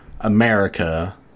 America